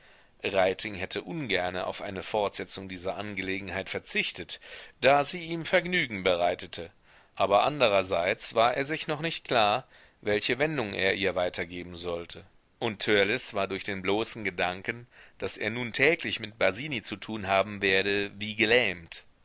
hätte ungerne auf eine fortsetzung dieser angelegenheit verzichtet da sie ihm vergnügen bereitete aber andererseits war er sich noch nicht klar welche wendung er ihr weiter geben sollte und törleß war durch den bloßen gedanken daß er nun täglich mit basini zu tun haben werde wie gelähmt